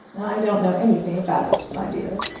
i don't know anything about it, my dear,